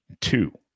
two